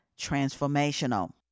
transformational